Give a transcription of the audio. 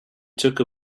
took